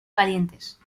calientes